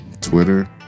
Twitter